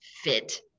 fit